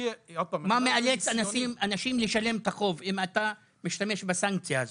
מה מאלץ אנשים לשלם את החוב אם אתה משתמש בסנקציה הזאת?